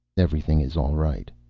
everything is all right.